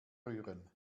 rühren